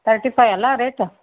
thirty five ಅಲ್ಲ rate